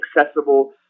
accessible